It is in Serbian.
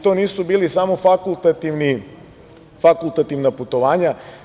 To nisu bili samo fakultativna putovanja.